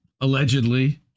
allegedly